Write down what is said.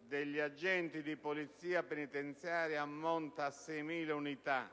degli agenti di Polizia penitenziaria ammonta a 6.000 unità